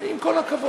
כי עם כל הכבוד,